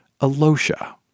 Alosha